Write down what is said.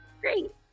Great